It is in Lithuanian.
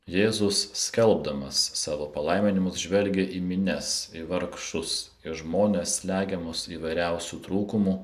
jėzus skelbdamas savo palaiminimus žvelgė į minias į vargšus į žmones slegiamus įvairiausių trūkumų